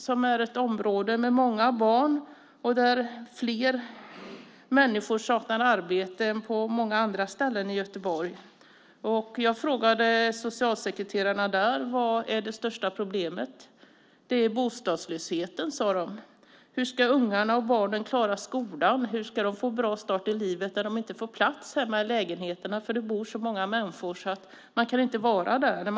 Det är ett område med många barn, och fler människor saknar arbete där än på många andra ställen i Göteborg. Jag frågade socialsekreterarna där vad det största problemet är. De sade: Det är bostadslösheten. Hur ska ungarna och barnen klara skolan? Hur ska de få en bra start i livet när de inte får plats hemma i lägenheterna eftersom det bor så många människor där att man inte kan vara hemma?